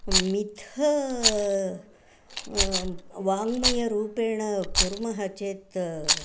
मिथा वाङ्मयरूपेण कुर्मः चेत्